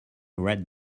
red